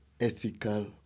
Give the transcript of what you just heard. ethical